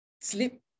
sleep